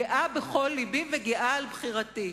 גאה בכל לבי וגאה על בחירתי.